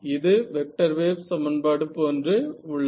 இது vector wave சமன்பாடு போன்று உள்ளது